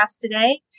today